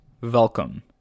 welcome